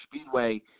Speedway